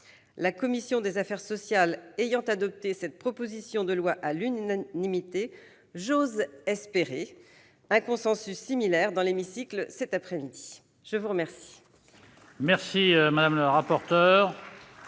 La commission des affaires sociales ayant adopté cette proposition de loi à l'unanimité, j'ose espérer qu'un même consensus émergera dans l'hémicycle cet après-midi. La parole